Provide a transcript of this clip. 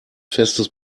festes